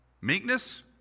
meekness